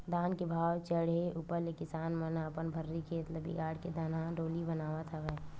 धान के भाव चड़हे ऊपर ले किसान मन ह अपन भर्री खेत ल बिगाड़ के धनहा डोली बनावत हवय